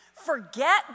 forget